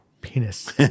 penis